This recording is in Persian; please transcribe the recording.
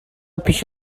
پیش